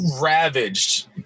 ravaged